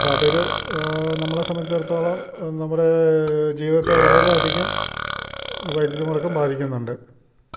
അപ്പോൾ അതൊരു നമ്മളെ സംബന്ധിടത്തോളം നമ്മുടെ ജീവിതത്തെ വളരെയധികം വൈദ്യുതി മുടക്കം ബാധിക്കുന്നുണ്ട്